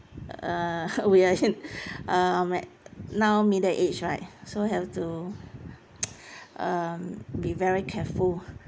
uh we are in um at now middle age right so have to um be very careful